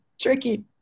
Tricky